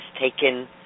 taken